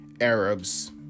Arabs